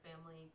family